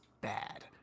bad